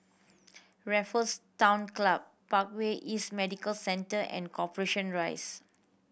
Raffles Town Club Parkway East Medical Centre and Corporation Rise